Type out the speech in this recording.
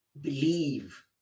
believe